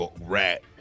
rat